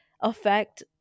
affect